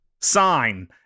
sign